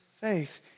faith